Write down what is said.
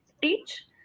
teach